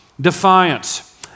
defiance